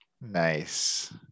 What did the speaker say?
nice